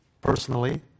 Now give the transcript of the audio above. personally